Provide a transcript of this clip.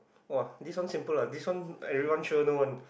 !wah! this one simple lah this one everyone sure know [one]